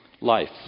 life